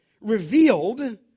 revealed